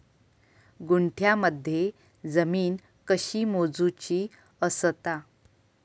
गुंठयामध्ये जमीन कशी मोजूची असता?